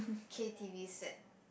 k_t_v set